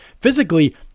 physically